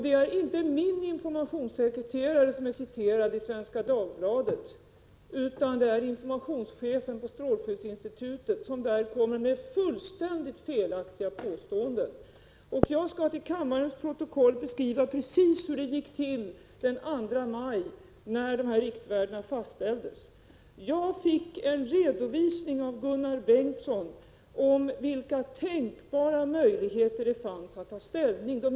Det är inte min informationssekreterare som är citerad i Svenska Dagbladet, utan det är informationschefen på strålskyddsinstitutet som där kommer med fullständigt felaktiga påståenden. Jag skall till kammarens protokoll beskriva precis hur det gick till den 2 maj, när dessa riktvärden fastställdes. Jag fick en redovisning av Gunnar Bengtsson om vilka tänkbara möjligheter det fanns att ta ställning till.